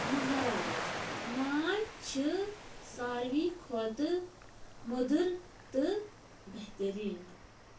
مہراز ماچھ چھِ ساروی کھۄتہٕ موٚدُر تہٕ بہتریٖن